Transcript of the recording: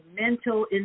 mental